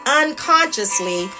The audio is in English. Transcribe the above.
unconsciously